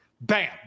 Bam